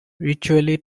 ritually